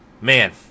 man